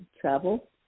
travel